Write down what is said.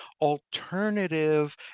alternative